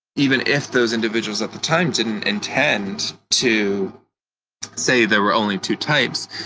even if those individuals at the time didn't intend to say there were only two types,